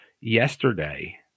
yesterday